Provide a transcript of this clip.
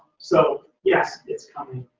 so yes, it's coming.